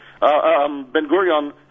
Ben-Gurion